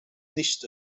nicht